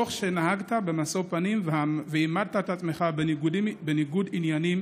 תוך שנהגת במשוא פנים והעמדת את עצמך בניגוד עניינים